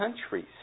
countries